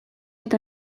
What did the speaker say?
eta